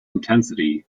intensity